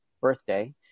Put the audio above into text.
birthday